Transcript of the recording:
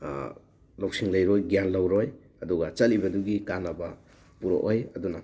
ꯂꯧꯁꯤꯡ ꯂꯩꯔꯣꯏ ꯒ꯭ꯌꯥꯟ ꯂꯧꯔꯣꯏ ꯑꯗꯨꯒ ꯆꯠꯂꯤꯕꯗꯨꯒꯤ ꯀꯥꯟꯅꯕ ꯄꯨꯔꯛꯑꯣꯏ ꯑꯗꯨꯅ